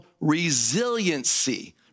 resiliency